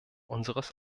unseres